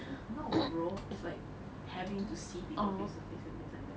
no bro is like having to see people face to face and things like that